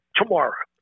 tomorrow